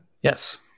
yes